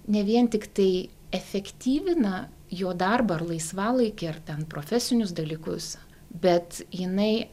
ne vien tiktai efektyvina jo darbą ar laisvalaikį ar ten profesinius dalykus bet jinai